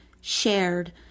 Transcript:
shared